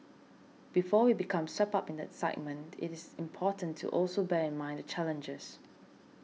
before we become swept up in the excitement it is important to also bear in mind the challenges